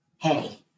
Hey